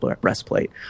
breastplate